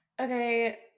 okay